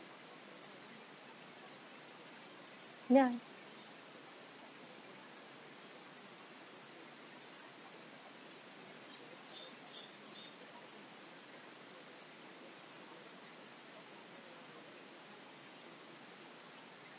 ya